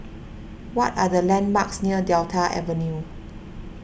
what are the landmarks near Delta Avenue